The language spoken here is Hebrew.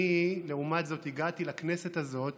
אני, לעומת זאת, הגעתי לכנסת הזאת